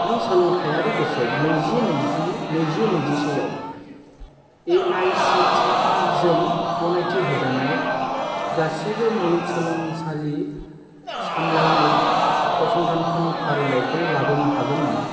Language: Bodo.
नों सोलोंथायारि बोसोर नैजि नैजि नैजि नैजिसेआव एआइसिटिइ जों गनायथि होजानाय गासैबो मुलुगसोलोंसालि सामलायनाय फसंथानफोरनि फारिलाइखौ लाबोनो हागोन नामा